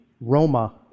roma